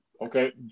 okay